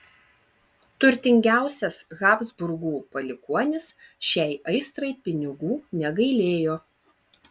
turtingiausias habsburgų palikuonis šiai aistrai pinigų negailėjo